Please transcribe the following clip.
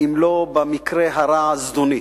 אם לא, במקרה הרע, זדוני.